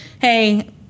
hey